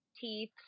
teeth